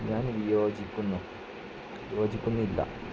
ഞാൻ വിയോജിക്കുന്നു യോജിക്കുന്നില്ല